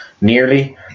Nearly